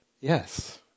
Yes